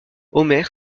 omer